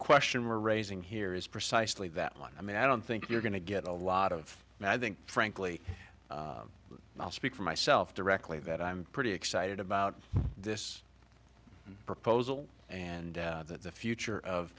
question we're raising here is precisely that line i mean i don't think you're going to get a lot of and i think frankly i'll speak for myself directly that i'm pretty excited about this proposal and the future of